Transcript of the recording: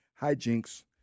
hijinks